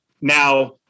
now